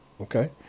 Okay